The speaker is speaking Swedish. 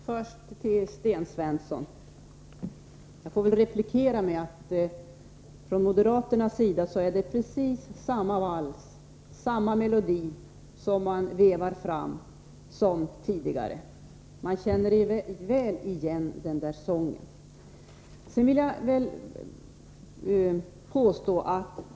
Fru talman! Först vill jag replikera Sten Svensson. Moderaterna vevar samma melodi som tidigare. Vi känner väl igen den sången.